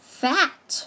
fat